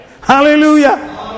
hallelujah